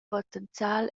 potenzial